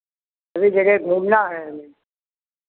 सभी जगह घूमना है हमें